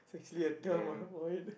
damn